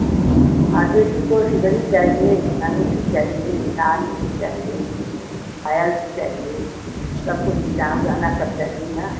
आ बेटी को सिकड़ी चाहिए अंगूठी चाहिए कान में को चाहिए पायल भी चाहिए सब कुछ बिदाऊँ गहना सब चाहिए ना